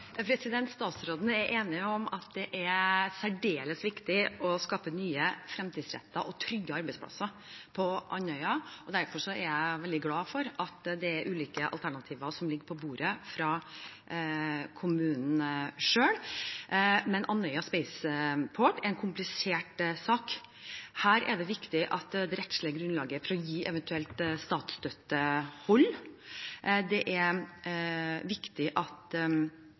Statsråden er enig i at det er særdeles viktig å skape nye, fremtidsrettede og trygge arbeidsplasser på Andøya, og derfor er jeg veldig glad for at det er ulike alternativer som ligger på bordet fra kommunen selv. Men Andøya Spaceport er en komplisert sak. Her er det viktig at det rettslige grunnlaget for å gi eventuell statsstøtte holder. Det er viktig at